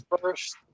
first